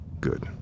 Good